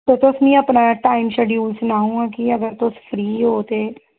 ते तुस मिगी अपना टाईम शैड्यूल सनाओ हां की ऐ अगर तुस फ्री ओ ते